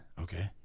okay